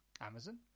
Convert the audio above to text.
Amazon